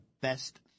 best